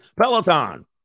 Peloton